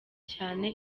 cyane